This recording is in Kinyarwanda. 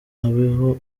aho